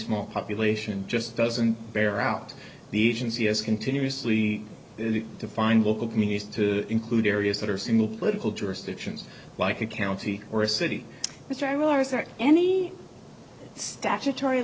small population just doesn't bear out the agency is continuously to find local communities to include areas that are single political jurisdictions like a county or a city which i realize that any statutory